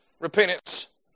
repentance